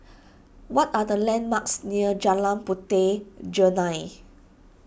what are the landmarks near Jalan Puteh Jerneh